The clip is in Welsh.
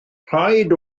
rhaid